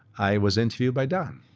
i was interviewed by don.